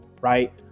Right